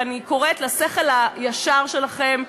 ואני קוראת לשכל הישר שלכם,